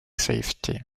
safety